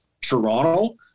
Toronto